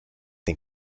den